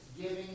giving